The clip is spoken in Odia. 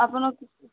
ଆପଣ